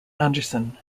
anderson